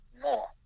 more